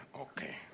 Okay